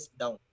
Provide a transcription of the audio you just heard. down